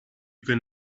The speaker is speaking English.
can